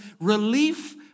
relief